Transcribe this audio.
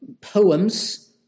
poems